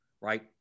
right